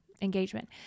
engagement